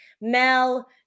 Mel